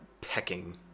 pecking